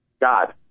God